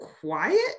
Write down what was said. quiet